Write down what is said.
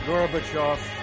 Gorbachev